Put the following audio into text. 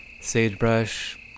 sagebrush